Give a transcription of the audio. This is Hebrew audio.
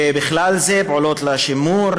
ובכלל זה פעולות לשימור,